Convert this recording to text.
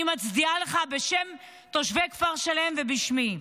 אני מצדיעה לך בשם תושבי כפר שלם ובשמי.